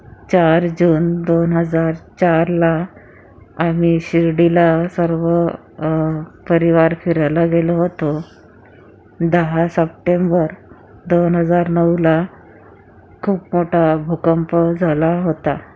चार जून दोन हजार चारला आम्ही शिर्डीला सर्व परिवार फिरायला गेलो होतो दहा सप्टेंबर दोन हजार नऊला खूप मोठा भूकंप झाला होता